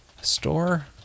store